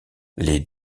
les